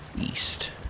east